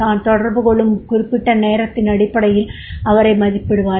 தான் தொடர்பு கொள்ளும் குறிப்பிட்ட நேரத்தின் அடிப்படையில் அவரை மதிப்பிடுவார்